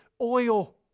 oil